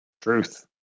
Truth